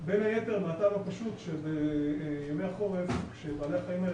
בין היתר מהטעם הפשוט שבימי החורף כשבעלי החיים האלה